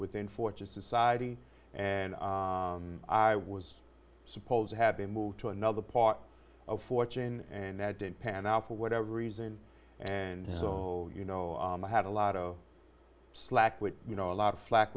within fortune society and i was supposed to have been moved to another part of fortune and that didn't pan out for whatever reason and so you know i had a lot of slack with you know a lot of flak